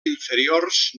inferiors